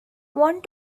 want